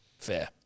Fair